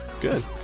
Good